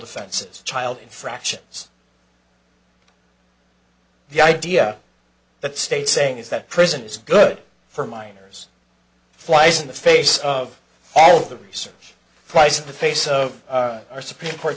offenses child infractions the idea that state saying is that prison is good for minors flies in the face of all the research twice in the face of our supreme court